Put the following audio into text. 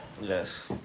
Yes